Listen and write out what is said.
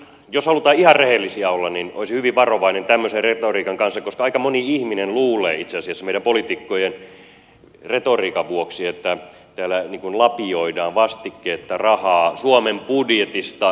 jos halutaan ihan rehellisiä olla niin olisin hyvin varovainen tämmöisen retoriikan kanssa koska aika moni ihminen luulee itse asiassa meidän poliitikkojen retoriikan vuoksi että täällä lapioidaan vastikkeetta rahaa suomen budjetista ongelmamaille